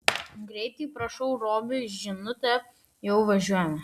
greitai parašau robiui žinutę jau važiuojame